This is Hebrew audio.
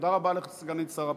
תודה רבה לסגנית שר הפנים.